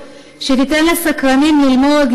/ שתיתן לסקרנים ללמוד,